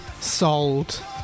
sold